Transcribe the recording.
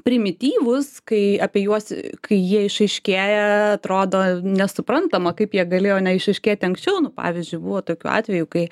primityvūs kai apie juos kai jie išaiškėja atrodo nesuprantama kaip jie galėjo neišryškėti anksčiau pavyzdžiui buvo tokių atvejų kai